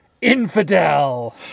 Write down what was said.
Infidel